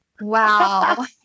Wow